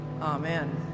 Amen